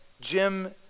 Jim